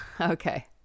Okay